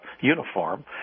uniform